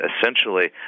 essentially